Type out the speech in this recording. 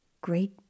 Great